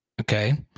Okay